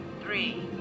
Three